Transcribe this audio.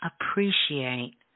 appreciate